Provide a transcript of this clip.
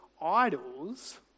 idols